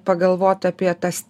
pagalvot apie tas